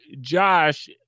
Josh